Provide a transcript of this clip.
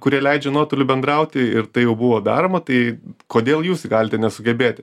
kurie leidžia nuotoliu bendrauti ir tai jau buvo daroma tai kodėl jūs galite nesugebėti